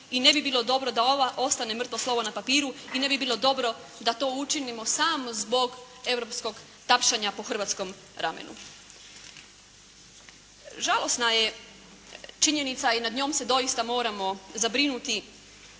i ne bi bilo dobro da ova ostane mrtvo slovo na papiru i ne bi bilo dobro da to učinimo samo zbog europskog tapšanja po hrvatskom ramenu. Žalosna je činjenica i nad njom se doista moramo zabrinuti